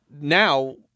now